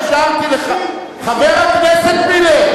חבר הכנסת מילר,